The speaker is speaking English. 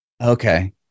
okay